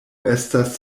estas